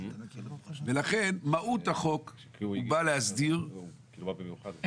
ולכן מהות החוק הוא בא להסדיר בעיה.